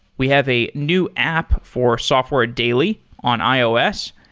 we have a new app for software daily on ios.